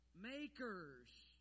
Makers